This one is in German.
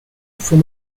vom